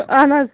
اَہَن حظ